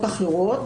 אחרות.